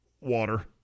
Water